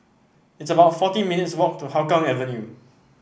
it's about forty minutes' walk to Hougang Avenue